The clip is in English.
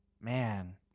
Man